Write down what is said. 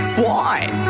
why